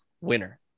winner